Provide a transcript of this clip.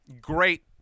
great